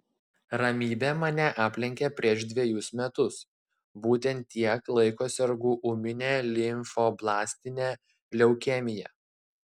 ramybė mane aplenkė prieš dvejus metus būtent tiek laiko sergu ūmine limfoblastine leukemija